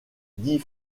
dix